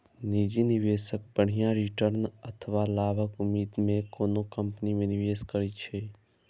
निजी निवेशक बढ़िया रिटर्न अथवा लाभक उम्मीद मे कोनो कंपनी मे निवेश करै छै